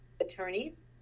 attorneys